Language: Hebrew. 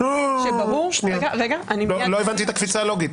שברור --- לא הבנתי את הקפיצה הלוגית.